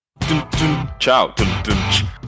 Ciao